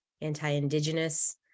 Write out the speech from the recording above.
anti-Indigenous